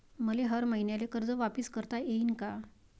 मले हर मईन्याले कर्ज वापिस करता येईन का?